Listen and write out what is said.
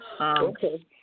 Okay